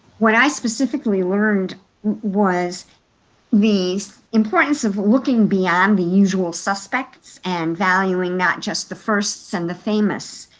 what i specifically learned was the importance of looking beyond the usual suspects and valuing not just the firsts and the famous,